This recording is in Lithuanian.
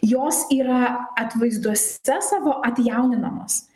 jos yra atvaizduose savo atjauninamos